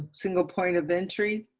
ah single point of entry,